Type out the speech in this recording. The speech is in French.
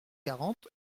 quarante